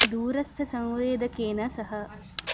दूरस्थसंवेदकेन सह